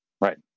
right